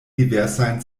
diversajn